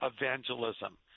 evangelism